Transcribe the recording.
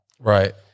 Right